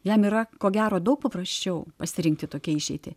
jam yra ko gero daug paprasčiau pasirinkti tokią išeitį